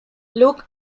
luke